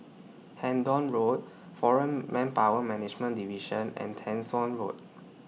Hendon Road Foreign Manpower Management Division and Tessensohn Road